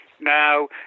Now